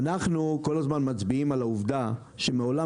אנחנו מצביעים כל הזמן על העובדה שמעולם